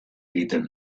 egiten